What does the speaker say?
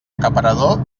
acaparador